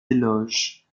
éloges